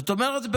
זאת אומרת,